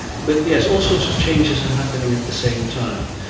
but yes, all sorts of changes are happening at the same time.